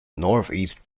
northeast